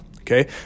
okay